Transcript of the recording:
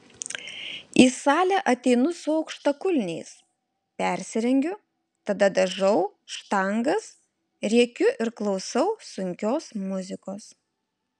į salę ateinu su aukštakulniais persirengiu tada daužau štangas rėkiu ir klausau sunkios muzikos